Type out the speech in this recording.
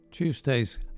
Tuesday's